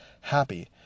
happy